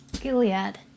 Gilead